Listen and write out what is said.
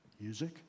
music